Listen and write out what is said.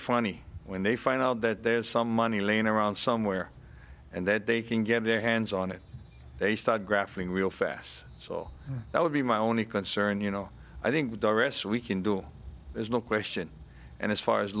funny when they find out that there's some money laying around somewhere and that they can get their hands on it they start grafting real fast so that would be my only concern you know i think with the rest we can do there's no question and as far as